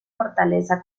fortaleza